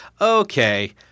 okay